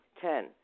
ten